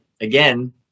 again